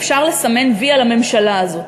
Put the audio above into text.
אפשר לסמן "וי" על הממשלה הזאת.